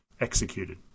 executed